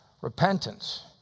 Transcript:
repentance